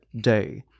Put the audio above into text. day